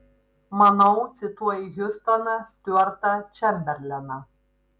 manau cituoji hiustoną stiuartą čemberleną